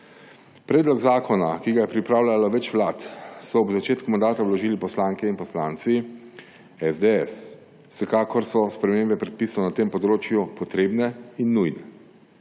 Predlog zakona, ki ga je pripravljalo več vlad, so ob začetku mandata vložili poslanke in poslanci SDS. Vsekakor so spremembe predpisov na tem področju potrebne in nujne.